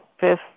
fifth